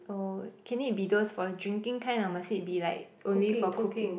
oh can it be those for the drinking kind or must it be like only for cooking